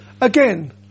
Again